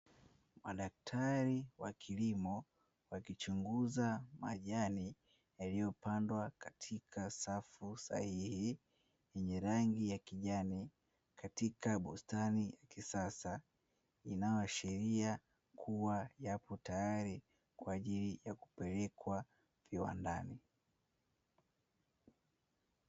Madaktari wa kilimo wakichunguza majani yaliyopandwa katika safu sahihi, yenye rangi ya kijani katika bustani ya kisasa inayoashiria kuwa yapo tayari kwa ajili ya kupelekwa viwandani.